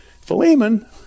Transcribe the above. Philemon